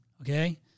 okay